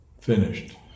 finished